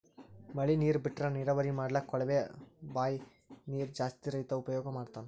ಮಳಿ ನೀರ್ ಬಿಟ್ರಾ ನೀರಾವರಿ ಮಾಡ್ಲಕ್ಕ್ ಕೊಳವೆ ಬಾಂಯ್ ನೀರ್ ಜಾಸ್ತಿ ರೈತಾ ಉಪಯೋಗ್ ಮಾಡ್ತಾನಾ